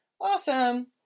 Awesome